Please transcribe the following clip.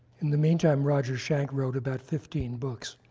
in the meantime, roger schank wrote about fifteen books,